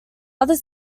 other